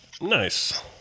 nice